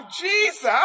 Jesus